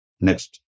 Next